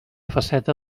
faceta